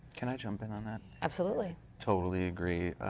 can i jump in on that? absolutely. totally agree.